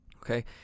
Okay